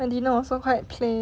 and dinner also quite plain